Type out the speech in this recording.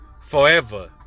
forever